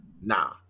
nah